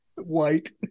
White